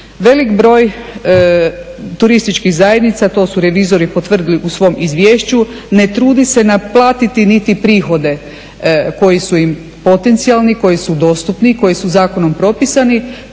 Velik broj turističkih zajednica, to su revizori potvrdili u svom izvješću, ne trudi se naplatiti niti prihode koji su im potencijalni, koji su dostupni, koji su zakonom propisani